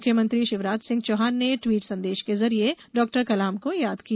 मुख्यमंत्री शिवराज सिंह चौहान ने द्वीट संदेश के जरिए डॉक्टर कलाम को याद किया